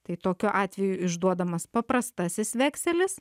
tai tokiu atveju išduodamas paprastasis vekselis